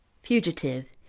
fugitive,